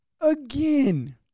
Again